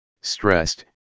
stressed